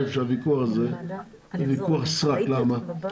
שהוויכוח הזה הוא ויכוח סרק, למה?